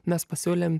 mes pasiūlėm